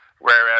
Whereas